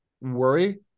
worry